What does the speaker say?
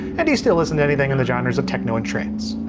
and do you still listen to anything in the genres of techno and trance?